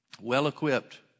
well-equipped